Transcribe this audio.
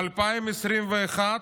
ב-2021,